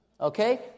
Okay